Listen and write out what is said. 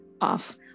off